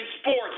sports